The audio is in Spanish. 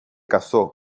casó